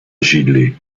židli